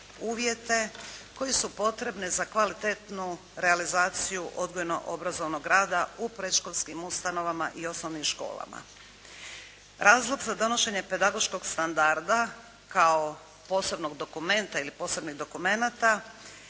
uvjete koji su potrebni za kvalitetnu realizaciju odgojno-obrazovnog rada u predškolskim ustanovama i osnovnim školama. Razlog za donošenje pedagoškog standarda kao posebnog dokumenta ili posebnih dokumenata